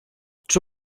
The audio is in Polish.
czy